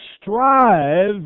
strive